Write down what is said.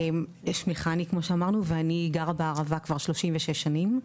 שמי חני כמו שאמרנו ואני גרה בערבה כבר 36 שנים,